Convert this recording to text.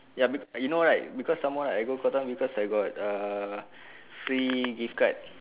ya be~ you know right because some more I go Cotton On because I have uh free gift card